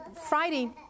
Friday